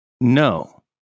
no